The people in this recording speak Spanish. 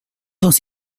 dos